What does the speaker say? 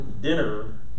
dinner